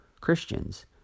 Christians